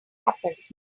happened